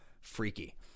freaky